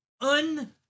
Un-